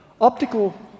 Optical